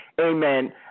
amen